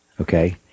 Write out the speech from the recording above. okay